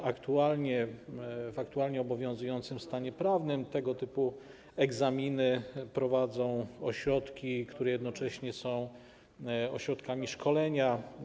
W aktualnie obowiązującym stanie prawnym tego typu egzaminy prowadzą ośrodki, które jednocześnie są ośrodkami szkolenia.